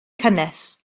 cynnes